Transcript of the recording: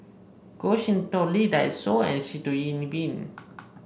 Goh Sin Tub Lee Dai Soh and Sitoh Yih Pin